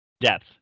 depth